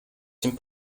dem